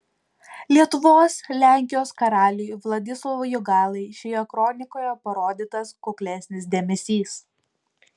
lietuvos lenkijos karaliui vladislovui jogailai šioje kronikoje parodytas kuklesnis dėmesys